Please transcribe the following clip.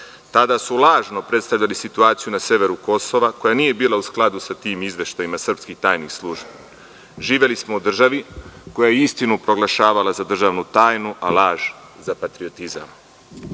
tada su lažno predstavljali situaciju na severu Kosova koja nije bila u skladu sa tim izveštajima srpskih tajnih službi. Živeli smo u državi koja je istinu proglašavala za državnu tajnu, a laž za patriotizam. Pozicija